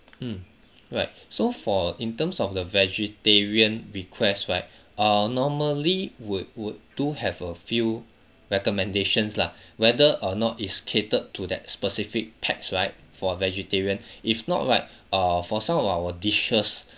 mm right so for in terms of the vegetarian request right uh normally would would do have a few recommendations lah whether or not is catered to that specific pax right for vegetarian if not right err for some of our dishes